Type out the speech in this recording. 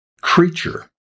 creature